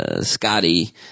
Scotty